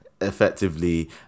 effectively